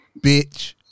bitch